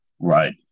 Right